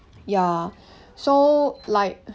ya so like